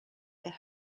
their